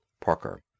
Parker